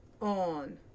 on